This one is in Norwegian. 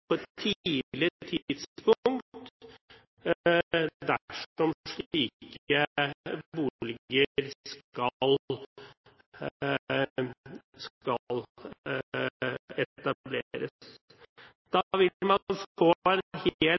på et tidlig tidspunkt, dersom slike boliger skal etableres. Da